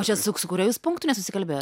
čia su su kuriuo jūs punktu nesusikalbėjo